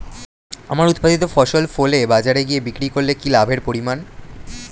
আমার উৎপাদিত ফসল ফলে বাজারে গিয়ে বিক্রি করলে কি লাভের পরিমাণ?